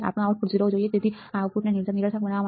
આપણું આઉટપુટ 0 હોવું જોઈએ અથવા આઉટપુટને નિરર્થક બનાવવા માટે